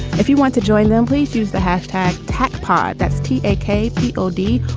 if you want to join them, please use the hashtag tac pod. that's t teekay p o d.